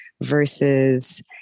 versus